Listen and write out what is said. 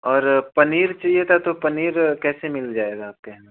और पनीर चाहिए था तो पनीर कैसे मिल जाएगा आपको यहाँ